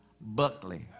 Buckley